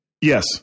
Yes